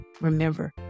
Remember